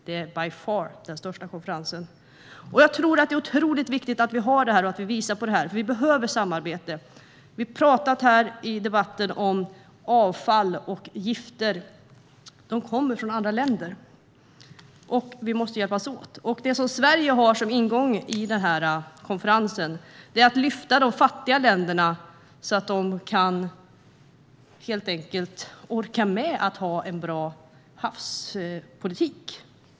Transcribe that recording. Det är by far den största konferensen. Det är otroligt viktigt att vi har denna konferens, för vi behöver samarbete. I denna debatt har vi talat om avfall och gifter. De kommer från andra länder, och vi måste hjälpas åt. Den första ingång Sverige har i konferensen är att lyfta upp de fattiga länderna så att de orkar med att ha en bra havspolitik.